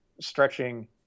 stretching